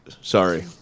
Sorry